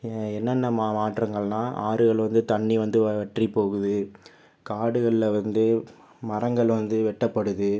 என்னென்ன மாற்றங்கள்னால் ஆறுகள் வந்து தண்ணி வந்து வற்றிபோகுது காடுகளில் வந்து மரங்கள் வந்து வெட்டப்படுது